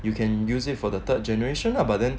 you can use it for the third generation ah but then